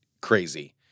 crazy